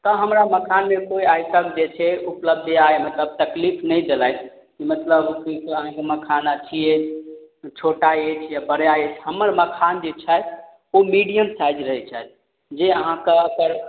तऽ हमरा मखानमे कोइ आइटम जे छै उपलब्ध जे आइ मतलब तकलीफ नहि देलथि कि मतलब उ तऽ अहाँके मखाना अथी अछि छोटा अछि या बड़ा अछि हमर मखान जे छथि उ मीडियम साइज रहय छथि जे अहाँ तरातर